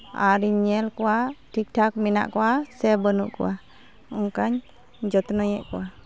ᱟᱨᱤᱧ ᱧᱮᱞ ᱠᱚᱣᱟ ᱴᱷᱤᱠᱼᱴᱷᱟᱠ ᱢᱮᱱᱟᱜ ᱠᱚᱣᱟ ᱥᱮ ᱵᱟᱹᱱᱩᱜ ᱠᱚᱣᱟ ᱚᱱᱠᱟᱧ ᱡᱚᱛᱱᱚᱭᱮᱫ ᱠᱚᱣᱟ